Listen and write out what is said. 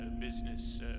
business